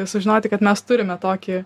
sužinoti kad mes turime tokį